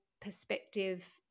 perspective